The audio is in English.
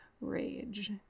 rage